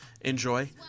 enjoy